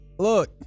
look